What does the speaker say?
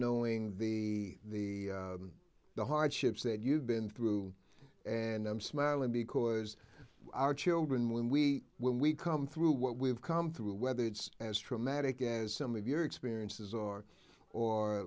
knowing the the the hardships that you've been through and i'm smiling because our children when we when we come through what we've come through whether it's as traumatic as some of your experiences or or